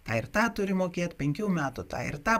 tą ir tą turi mokėt penkių metų tą ir tą